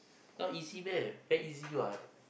not easy meh very easy what